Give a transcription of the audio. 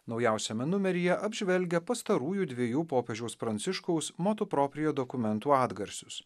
naujausiame numeryje apžvelgia pastarųjų dvejų popiežiaus pranciškaus moto proprie dokumentų atgarsius